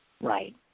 right